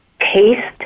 taste